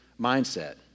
mindset